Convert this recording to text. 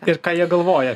ir ką jie galvoja